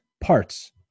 parts